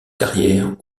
carrière